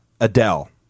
Adele